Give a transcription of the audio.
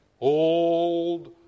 old